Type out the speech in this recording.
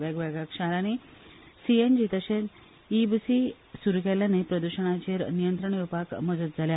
वेगवेगळ्या शारानी सीएनजी तशेच ई बसी सुरु केल्ल्यानूय प्रद्वषणाचेर नियंत्रण येवपाक मजत जाल्या